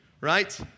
right